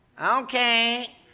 Okay